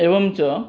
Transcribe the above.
एवं च